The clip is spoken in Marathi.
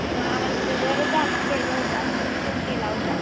मग आम्हाला ते दरच जाणून घ्यायचा होता म्हणून फोन केला होता